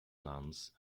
nuns